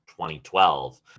2012